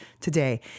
today